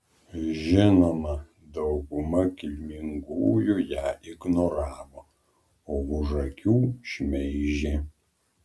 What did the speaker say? žinoma dauguma kilmingųjų ją ignoravo o už akių šmeižė